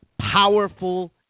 powerful